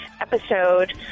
episode